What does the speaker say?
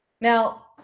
Now